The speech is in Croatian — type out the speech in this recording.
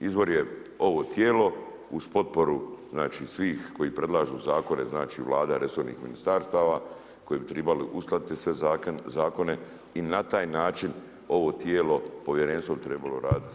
Izvor je ovo tijelo, uz potporu znači svih koji predlažu zakone, znači, vlada resornih ministarstava, koji bi trebali uskladiti sve zakone i na taj način ovo tijelo, povjerenstvo bi trebalo raditi.